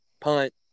punt